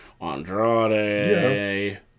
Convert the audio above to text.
Andrade